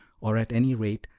or, at any rate,